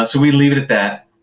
ah we leave it at that.